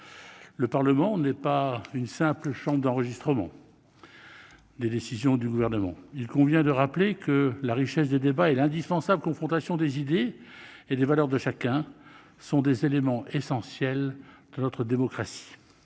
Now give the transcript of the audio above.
Le Parlement n'est pas une simple chambre d'enregistrement des décisions du Gouvernement. Il convient de rappeler que la richesse des débats et l'indispensable confrontation des idées et des valeurs de chacun sont des éléments essentiels de notre démocratie.